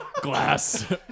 Glass